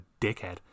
dickhead